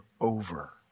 over